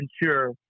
ensure